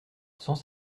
sans